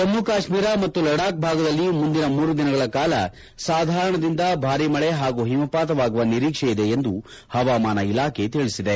ಜಮ್ಮು ಕಾಶ್ಟೀರ ಮತ್ತು ಲಡಾಖ್ ಭಾಗದಲ್ಲಿ ಮುಂದಿನ ಮೂರು ದಿನಗಳ ಕಾಲ ಸಾಧಾರಣದಿಂದ ಭಾರಿ ಮಳೆ ಹಾಗೂ ಹಿಮಪಾತವಾಗುವ ನಿರೀಕ್ಷೆ ಇದೆ ಎಂದು ಹವಾಮಾನ ಇಲಾಖೆ ತಿಳಿಸಿದೆ